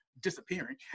disappearing